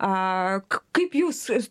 ak kaip jūs